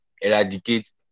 eradicate